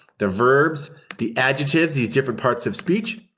the verbs, the adjectives, these different parts of speech,